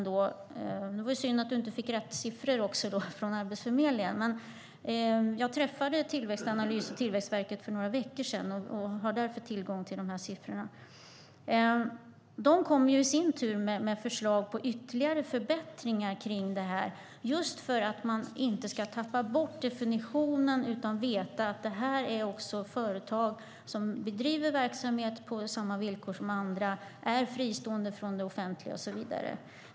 Det var synd att du inte fick rätt siffror från Arbetsförmedlingen, men jag träffade Tillväxtanalys och Tillväxtverket för några veckor sedan och har därför tillgång till dessa siffror. De kommer i sin tur med ytterligare förbättringar kring detta, just för att man inte ska tappa bort definitionen utan veta att detta också är företag som bedriver verksamhet på samma villkor som andra, är fristående från det offentliga och så vidare.